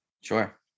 Sure